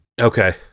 Okay